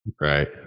Right